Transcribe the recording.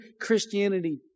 Christianity